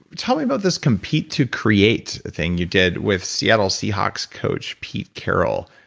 tell me about this compete to create thing you did with seattle seahawks' coach pete carroll,